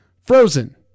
Frozen